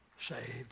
saved